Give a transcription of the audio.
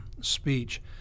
speech